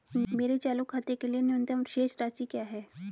मेरे चालू खाते के लिए न्यूनतम शेष राशि क्या है?